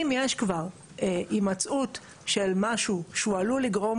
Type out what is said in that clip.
אם יש כבר הימצאות של משהו שהוא עלול לגרום